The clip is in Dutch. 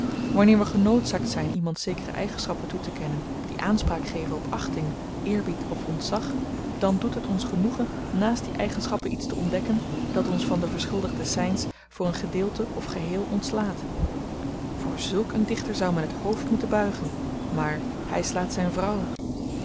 wanneer we genoodzaakt zyn iemand zekere eigenschappen toe te kennen die aanspraak geven op achting eerbied of ontzag dan doet het ons genoegen naast die eigenschappen iets te ontdekken dat ons van den verschuldigden cyns voor een gedeelte of geheel ontslaat voor zulk een dichter zou men t hoofd buigen maar hy slaat zyn vrouw